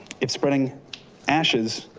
if spreading ashes